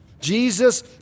Jesus